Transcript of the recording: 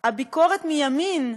הביקורת מימין,